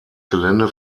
gelände